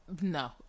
No